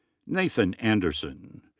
nathan anderson.